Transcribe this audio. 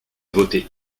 voter